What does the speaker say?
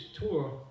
tour